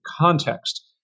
context